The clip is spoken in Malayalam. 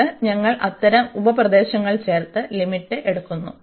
എന്നിട്ട് ഞങ്ങൾ അത്തരം ഉപ പ്രദേശങ്ങൾ ചേർത്ത് ലിമിറ്റ് എടുക്കുന്നു